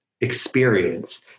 experience